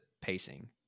pacing